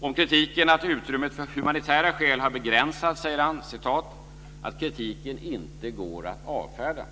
Om kritiken att utrymmet för humanitära skäl har begränsats säger han "att kritiken inte går att avfärda".